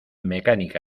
mecánica